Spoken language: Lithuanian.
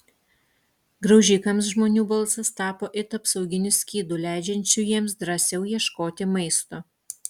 graužikams žmonių balsas tapo it apsauginiu skydu leidžiančiu jiems drąsiau ieškoti maisto